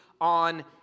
on